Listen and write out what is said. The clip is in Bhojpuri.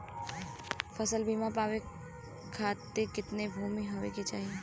फ़सल बीमा पावे खाती कितना भूमि होवे के चाही?